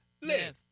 live